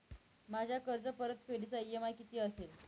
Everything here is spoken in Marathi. माझ्या कर्जपरतफेडीचा इ.एम.आय किती असेल?